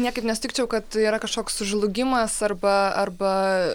niekaip nesutikčiau kad yra kažkoks sužlugimas arba arba